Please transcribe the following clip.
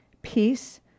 Peace